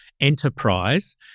enterprise